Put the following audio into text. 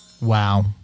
wow